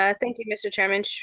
ah thank you, mr. chairman,